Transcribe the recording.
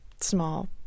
small